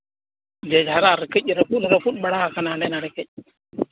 ᱡᱮ ᱡᱷᱟᱨᱟᱜ ᱠᱟᱹᱡ ᱨᱟᱹᱯᱩᱫ ᱨᱟᱹᱯᱩᱫ ᱵᱟᱲᱟ ᱠᱟᱱᱟ ᱦᱟᱸᱰᱮ ᱱᱟᱰᱮ ᱠᱟᱹᱡ